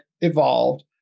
evolved